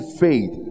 faith